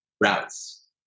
routes